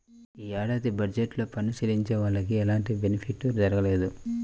యీ ఏడాది బడ్జెట్ లో పన్ను చెల్లించే వాళ్లకి ఎలాంటి బెనిఫిట్ జరగలేదు